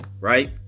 right